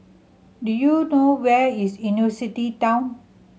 do you know where is University Town